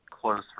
close